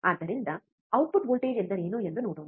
ಆದ್ದರಿಂದ ಔಟ್ಪುಟ್ ವೋಲ್ಟೇಜ್ಎಂದರೇನು ಎಂದು ನೋಡೋಣ